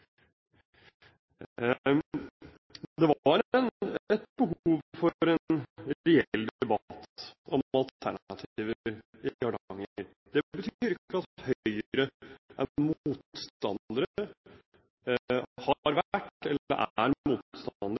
et behov for en reell debatt om alternativer i Hardanger. Det betyr ikke at Høyre har vært eller er motstander